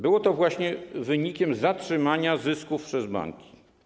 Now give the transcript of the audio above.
Było to właśnie wynikiem zatrzymania zysków przez banki.